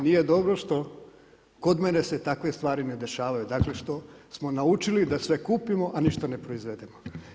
Nije dobro što, kod mene se takve stvari ne dešavaju, dakle, što smo naučili da sve kupimo, a ništa ne proizvedemo.